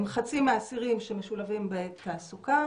הם חצי מהאסירים שמשולבים בתעסוקה,